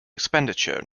expenditure